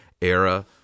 era